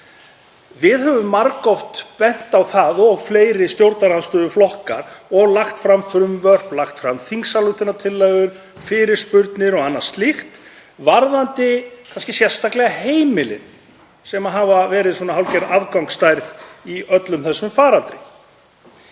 Við höfum margoft bent á það, og fleiri stjórnarandstöðuflokkar, og lagt fram frumvörp, lagt fram þingsályktunartillögur, fyrirspurnir og annað slíkt, sérstaklega varðandi heimilin sem hafa verið hálfgerð afgangsstærð í öllum þessum faraldri.